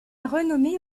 renommée